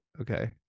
Okay